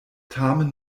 tamen